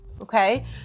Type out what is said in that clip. okay